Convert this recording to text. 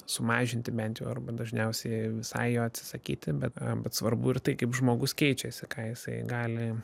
sumažinti bent jau arba dažniausiai visai jo atsisakyti bet a bet svarbu ir tai kaip žmogus keičiasi ką jisai gali